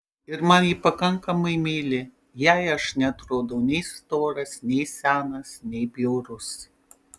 ir man ji pakankamai meili jai aš neatrodau nei storas nei senas nei bjaurus